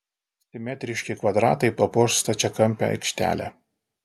simetriški kvadratai papuoš stačiakampę aikštelę